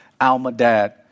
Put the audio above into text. Almadad